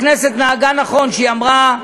הכנסת נהגה נכון כשהיא אמרה: